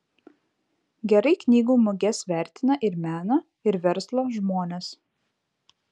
gerai knygų muges vertina ir meno ir verslo žmonės